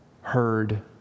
heard